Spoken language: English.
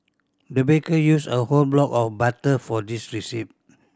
the baker used a whole block of butter for this receipt